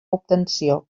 obtenció